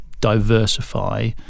diversify